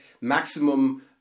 maximum